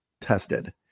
tested